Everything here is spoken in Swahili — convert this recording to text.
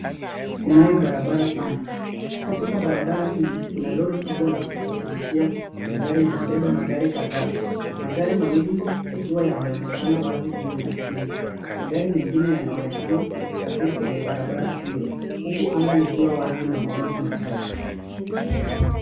Kunayo barabara pana, katika barabara hii kuna lori kubwa lakusafirishia magari likibeba magari kadhaa. Magari mawili yakiwa yame onekana wazi juu na chini. Magari mengine yana onekana yakisafiri kwenye barabara hiyo huku anga likiwa wazi na mawingu machache.